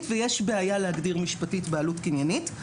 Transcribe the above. ויש בעיה להגדיר משפטית בעלות קניינית.